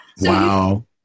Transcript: Wow